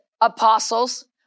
apostles